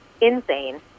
insane